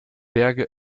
berge